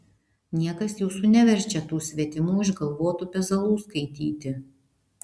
niekas jūsų neverčia tų svetimų išgalvotų pezalų skaityti